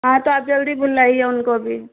हाँ तो आप जल्दी बुलाइए उनको भी